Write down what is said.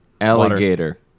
Alligator